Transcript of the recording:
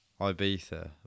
Ibiza